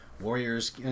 Warriors